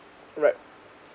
right